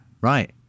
Right